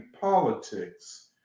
politics